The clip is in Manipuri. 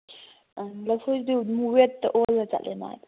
ꯂꯐꯣꯏꯁꯨ ꯑꯗꯨꯝ ꯋꯦꯠꯇ ꯑꯣꯜꯂ ꯆꯠꯂꯦ ꯑꯗꯨꯃꯥꯏꯅ